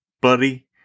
buddy